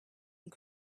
and